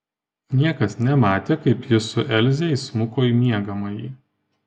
niekas nematė kaip jis su elze įsmuko į miegamąjį